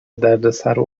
دردسر